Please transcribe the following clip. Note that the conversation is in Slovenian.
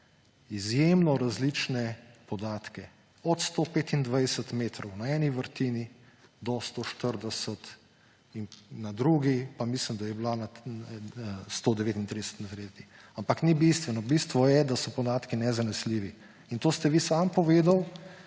izjemno različne podatke, od 125 metrov na eni vrtini do 140 na drugi, pa mislim, da je bilo 139 na tretji, ampak ni bistveno. Bistvo je, da so podatki nezanesljivi. In to ste vi sami povedali,